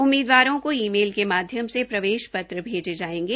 उम्मीदवारों को email के माध्यक से प्रवेश भेजे जायेंगे